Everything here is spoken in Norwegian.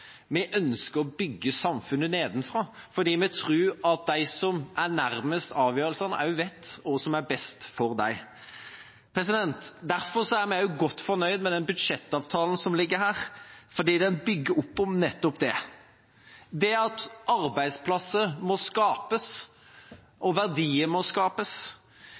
Vi ønsker å bygge samfunnet nedenfra, fordi vi tror at de som er nærmest avgjørelsene, også vet hva som er best for dem. Derfor er vi godt fornøyd med den budsjettavtalen som ligger her, fordi den bygger opp om nettopp det, det at arbeidsplasser må skapes, og verdier må skapes.